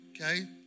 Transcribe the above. okay